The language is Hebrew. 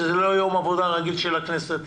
שזה לא יום עבודה רגיל של הכנסת,